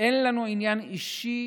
אין לנו עניין אישי